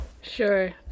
Sure